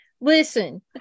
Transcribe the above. listen